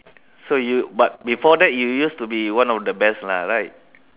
so you but before that you used to be one of the best lah right